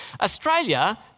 Australia